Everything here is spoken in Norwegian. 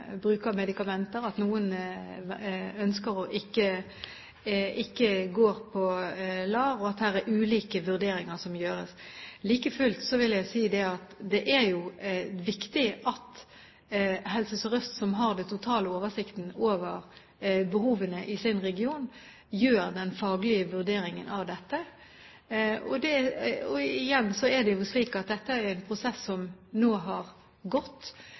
medikamenter, at noen ikke ønsker å gå på LAR, og at det her gjøres ulike vurderinger. Like fullt vil jeg si at det er jo viktig at Helse Sør-Øst, som har den totale oversikten over behovene i sin region, gjør den faglige vurderingen av dette. Igjen er det jo slik at dette er en prosess som nå har gått.